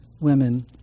women